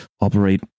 operate